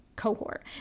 Cohort